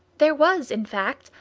there was, in fact,